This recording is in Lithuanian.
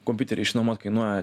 kompiuteris išnuomuot kainuoja